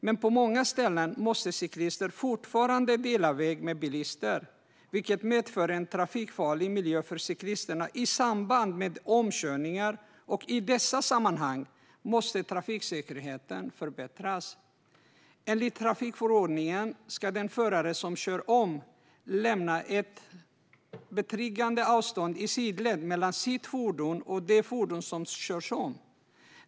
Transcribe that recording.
Men på många ställen måste cyklister fortfarande dela väg med bilister, vilket medför en trafikfarlig miljö för cyklisterna i samband med omkörningar. I dessa sammanhang måste trafiksäkerheten förbättras. Enligt trafikförordningen ska den förare som kör om lämna ett betryggande avstånd i sidled mellan förarens fordon och det fordon som körs om.